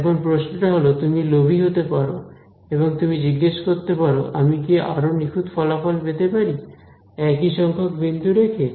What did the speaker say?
এখন প্রশ্নটা হল তুমি লোভী হতে পারো এবং তুমি জিজ্ঞেস করতে পারো আমি কি আরও নিখুঁত ফলাফল পেতে পারি একই সংখ্যক বিন্দু রেখে